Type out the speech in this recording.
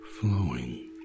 flowing